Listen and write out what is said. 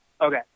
Okay